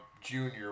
junior